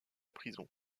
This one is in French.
prison